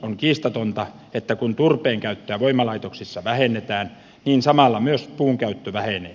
on kiistatonta että kun turpeen käyttöä voimalaitoksissa vähennetään samalla myös puun käyttö vähenee